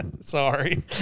Sorry